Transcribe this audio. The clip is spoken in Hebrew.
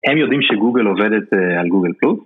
הם יודעים שגוגל עובדת על גוגל קלופס?